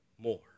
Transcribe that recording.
more